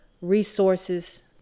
resources